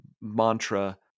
mantra